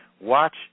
watch